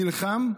נלחם,